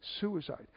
suicide